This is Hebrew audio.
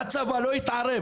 הצבא לא יתערב.